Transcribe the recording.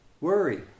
worry